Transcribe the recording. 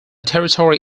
territory